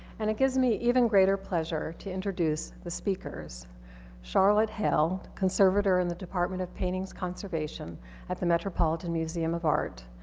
and it gives me even greater pleasure to introduce the speakers charlotte hale, conservator in the department of paintings conservation at the metropolitan museum of art,